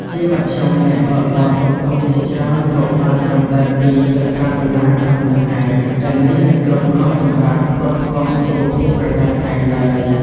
ជាមធ្យម អ្នកបើកបរតុកតុកជាច្រើនរកបានត្រឹមតែ ២ ទៅ ៥ ដុល្លារក្នុងមួយថ្ងៃ ដែលនេះមិនគ្រប់គ្រាន់សម្រាប់ផ្គត់ផ្គង់ជីវភាពប្រចាំថ្ងៃទ្បើយ។